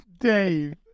Dave